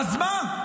אז מה?